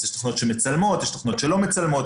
יש תוכנות שמצלמות, יש תוכנות שלא מצלמות.